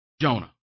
Jonah